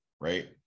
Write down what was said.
right